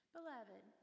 Beloved